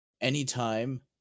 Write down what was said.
Anytime